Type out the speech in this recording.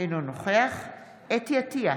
אינו נוכח חוה אתי עטייה,